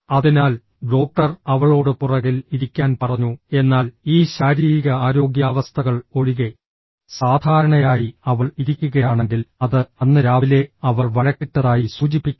അതിനാൽ ഡോക്ടർ അവളോട് പുറകിൽ ഇരിക്കാൻ പറഞ്ഞു എന്നാൽ ഈ ശാരീരിക ആരോഗ്യ അവസ്ഥകൾ ഒഴികെ സാധാരണയായി അവൾ ഇരിക്കുകയാണെങ്കിൽ അത് അന്ന് രാവിലെ അവർ വഴക്കിട്ടതായി സൂചിപ്പിക്കാം